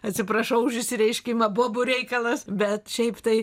atsiprašau už išsireiškimą bobų reikalas bet šiaip tai